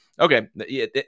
okay